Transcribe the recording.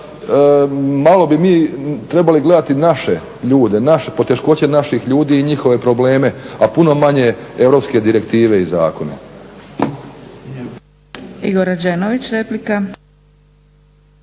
malo bi mi trebali gledati naše ljude, naše poteškoće naših ljudi i njihove probleme, a puno manje europske direktive i zakone.